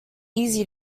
easy